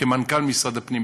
כמנכ"ל משרד הפנים,